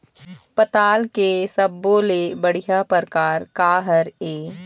पताल के सब्बो ले बढ़िया परकार काहर ए?